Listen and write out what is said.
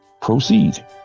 proceed